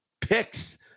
picks